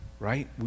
Right